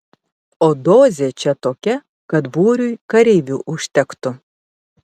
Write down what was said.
o dozė čia tokia kad būriui kareivių užtektų